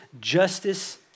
justice